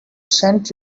sent